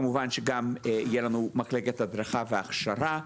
כמובן שגם תהיה לנו מחלקת הדרכה והכשרה,